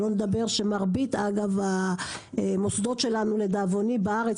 שלא לדבר שמרבית המוסדות בארץ,